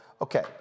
okay